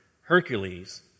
Hercules